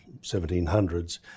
1700s